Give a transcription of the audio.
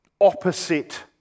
opposite